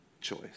choice